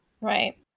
Right